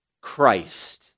Christ